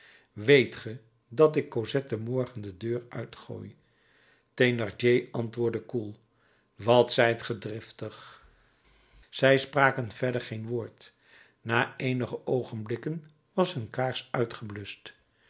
weet ge dat ik cosette morgen de deur uit gooi thénardier antwoordde koel wat zijt ge driftig zij spraken verder geen woord na eenige oogenblikken was hun kaars uitgebluscht